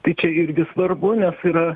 tai čia irgi svarbu nes yra